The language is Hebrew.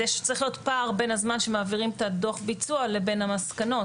צריך להיות פער בין הזמן שמעבירים את דוח הביצוע לבין המסקנות,